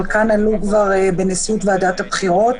חלקן עלו כבר בנשיאות ועדת הבחירות.